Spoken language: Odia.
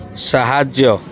ସାହାଯ୍ୟ